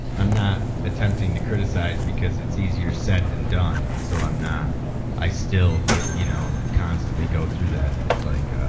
i'm not attempting to criticize because it's easier said than done so i'm not i still get you now know constantly go through that it's like.